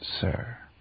sir